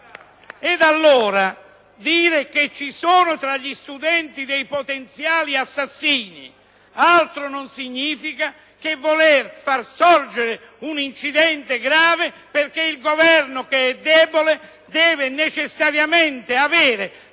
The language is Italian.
PdL)*. Dire che ci sono tra gli studenti dei potenziali assassini altro non significa che voler far sorgere un incidente grave perché il Governo, che è debole, deve necessariamente avere